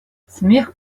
смех